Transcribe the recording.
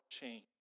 change